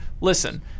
Listen